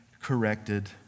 corrected